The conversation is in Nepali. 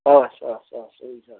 हवस् हवस् हवस् हुन्छ हुन्छ